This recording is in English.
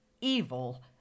evil